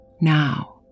now